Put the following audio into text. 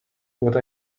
what